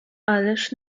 ależ